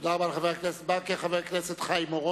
תודה רבה לחבר הכנסת ברכה.